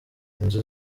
inzu